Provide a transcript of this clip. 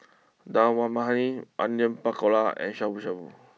Dal Makhani Onion Pakora and Shabu Shabu